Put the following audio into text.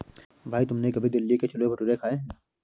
भाई तुमने कभी दिल्ली के छोले भटूरे खाए हैं?